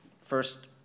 first